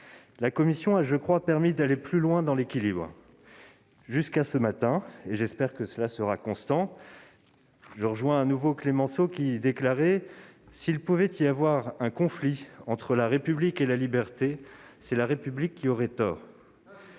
La commission des lois a, je le crois, permis d'aller plus loin dans l'équilibre, jusqu'à ce matin. J'espère que ce mouvement sera constant. Je rejoins de nouveau Clemenceau, qui déclarait :« S'il devait y avoir un conflit entre la République et la liberté, c'est la République qui aurait tort.